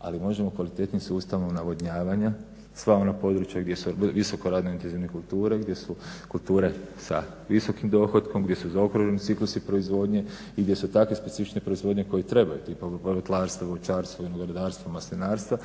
Ali možemo kvalitetnim sustavom navodnjavanja sva ona područja gdje su visoko radno intenzivne kulture, gdje su kulture sa visokim dohotkom, gdje su zaokruženi ciklusi proizvodnje i gdje se takve specifične proizvodnje koje trebaju, tipa povrtlarstvo, voćarstvo, vinogradarstvo, maslinarstva,